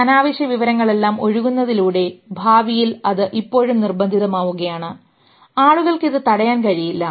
ഈ അനാവശ്യ വിവരങ്ങളെല്ലാം ഒഴുകുന്നതിലൂടെ ഭാവിയിൽ അത് ഇപ്പോഴും നിർബന്ധിതമാവുകയാണ് ആളുകൾക്ക് ഇത് തടയാൻ കഴിയില്ല